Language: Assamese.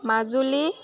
মাজুলী